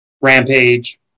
Rampage